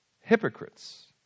Hypocrites